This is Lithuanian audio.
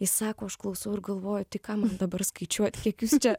jis sako aš klausau ir galvoju tai ką man dabar skaičiuot kiek jūs čia